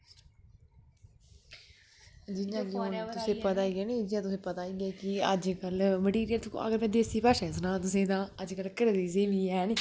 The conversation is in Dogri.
जियां कि तुसे गी पता गै है नी जियां तुसेंगी पता कि अजकल जेकर दैसी भाशा च सनां तुसेगी तां अजकल घरे दी